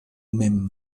mem